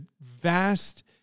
vast